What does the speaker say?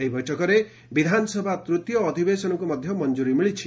ଏହି ବୈଠକରେ ବିଧାନସଭା ତୂତୀୟ ଅଧିବେଶନକୁ ମଧ୍ଧ ମଞ୍ଚୁରି ମିଳିଛି